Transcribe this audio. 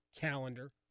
calendar